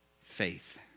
Faith